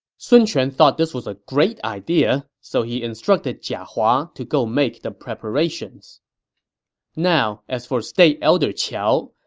sun quan thought this was a great idea, so he instructed jia hua to go make the preparations now, as for state elder qiao,